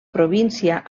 província